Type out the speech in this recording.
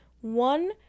One